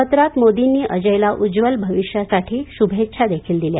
पत्रात मोदींनी अजयला उज्ज्वल भविष्यासाठी शुभेच्छा देखील दिल्या